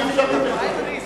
פשוט, זה בלתי אפשרי בכלל.